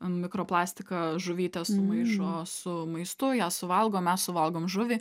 mikroplastiką žuvytės sumaišo su maistu ją suvalgo mes suvalgom žuvį